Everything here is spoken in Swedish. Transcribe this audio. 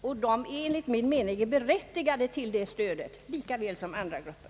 Dessa människor är enligt min mening lika väl som andra grupper berättigade till det stödet.